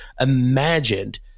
imagined